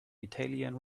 italian